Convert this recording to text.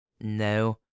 No